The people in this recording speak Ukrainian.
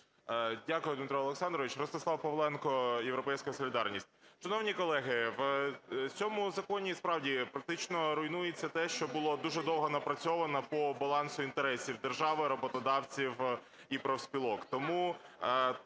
Дякую, Дмитро Олександрович. Ростислав Павленко, "Європейська солідарність". Шановні колеги, в цьому законі і справді практично руйнується те, що було дуже довго напрацьовано по балансу інтересів держави, роботодавців і профспілок.